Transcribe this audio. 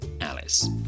Alice